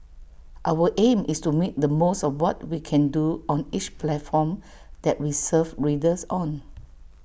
our aim is to make the most of what we can do on each platform that we serve readers on